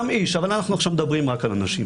וגם איש אבל אנחנו עכשיו מדברים רק על הנשים,